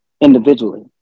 Individually